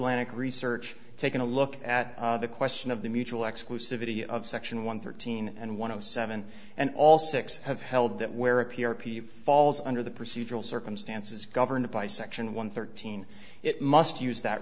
of research taking a look at the question of the mutual exclusivity of section one thirteen and one of seven and all six have held that where a p r p falls under the procedural circumstances governed by section one thirteen it must use that